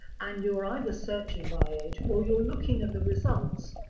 and you're either searching by age, or you're looking at the results,